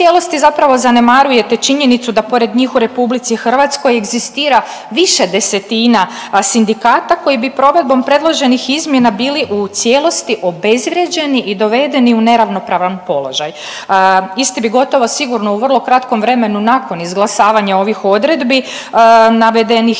u cijelosti zapravo zanemarujete činjenicu da pored njih u RH egzistira više desetina sindikata koji bi provedbom predloženih izmjena bili u cijelosti obezvrijeđeni i dovedeni u neravnopravan položaj. Isti bi gotovo sigurno u vrlo kratkom vremenu nakon izglasavanja ovih odredbi navedenih